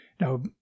Now